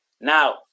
Now